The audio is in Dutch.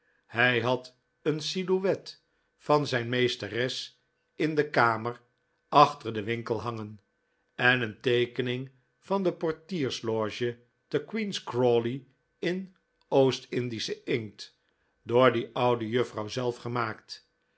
hij had een silhouette van zijn meesteres in de kamer achter den winkel hangen en een teekening van de portiersloge te queen's crawley in oost indischen inkt door die oude juffrouw zelf gemaakt